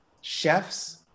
chefs